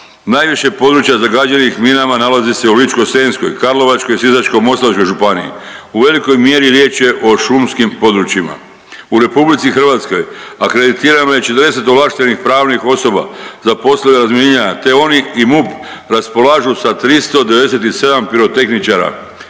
Najviše područja zagađenih minama dolazi se u Ličko-senjskoj, Karlovačkoj i Sisačko-moslavačkoj županiji. U velikoj mjeri riječ je o šumskim područjima. U RH akreditirano je 40 ovlaštenih pravnih osoba za poslove razminiranja te oni i MUP raspolažu sa 397 pirotehničara,